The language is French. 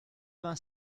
vingt